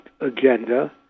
agenda